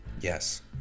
Yes